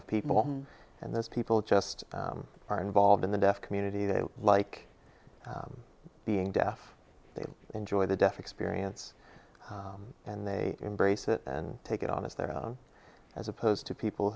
of people and those people just are involved in the deaf community they like being deaf they enjoy the deaf experience and they embrace it and take it on as their own as opposed to people